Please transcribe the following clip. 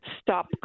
stop